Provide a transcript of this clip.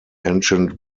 ancient